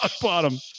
bottom